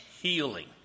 healing